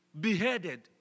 beheaded